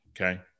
Okay